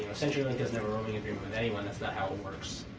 ah centurylink doesn't have a roaming agreement with anyone. that's not how it works.